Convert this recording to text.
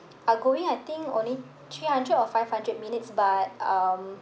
outgoing I think only three hundred or five hundred minutes but um